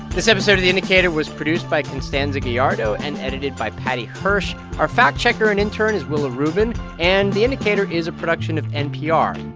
this episode of the indicator was produced by constanza gallardo and edited by paddy hirsch. our fact-checker and intern is willa rubin. and the indicator is a production of npr